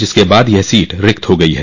जिसके बाद यह सीट रिक्त हो गयी है